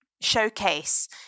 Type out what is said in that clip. showcase